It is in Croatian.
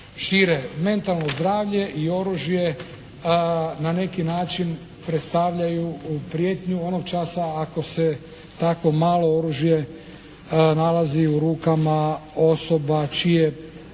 šire. Mentalno zdravlje i oružje na neki način predstavljaju prijetnju onog časa ako se tako malo oružje nalazi u rukama osoba čije